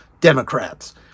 Democrats